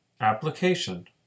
application